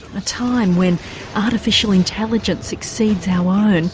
a time when artificial intelligence exceeds our own,